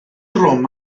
drwm